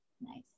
Nice